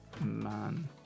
Man